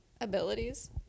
abilities